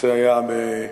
הנושא היה במחלוקת,